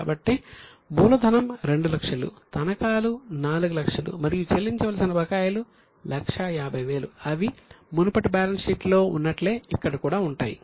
కాబట్టి మూలధనం 200000 తనఖాలు 400000 మరియు చెల్లించవలసిన బకాయిలు 150000 అవి మునుపటి బ్యాలెన్స్ షీట్లో ఉన్నట్లే ఇక్కడ కూడా ఉంటాయి